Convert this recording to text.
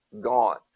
gone